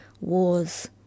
wars